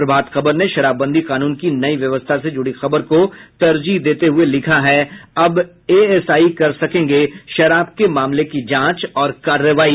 प्रभात खबर ने शराबबंदी कानून की नयी व्यवस्था से जुड़ी खबर को तरजीह देते हुए लिखा है अब एएसआई कर सकेंगे शराब के मामले की जांच और कार्रवाई